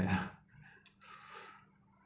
ya